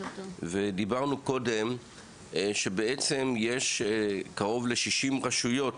דיברנו קודם על כך שיש קרוב ל-60 רשויות